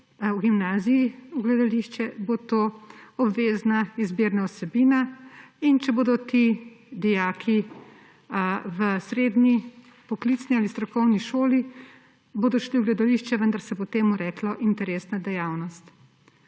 v gimnaziji v gledališče, bo to obvezna izbirna vsebina, in če bodo ti dijaki v srednji poklicni ali strokovni šoli in bodo šli v gledališče, se bo temu reklo interesna dejavnost.